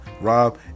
Rob